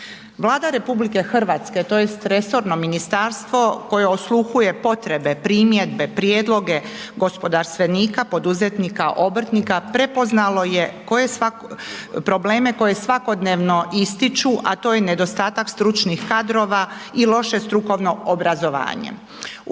Vlada RH tj. resorno ministarstvo koje osluhuje potrebe, primjedbe, prijedloge gospodarstvenika, poduzetnika, obrtnika, prepoznalo je probleme koje svakodnevno ističu a to je nedostatak stručnih kadrova i loše strukovno obrazovanje.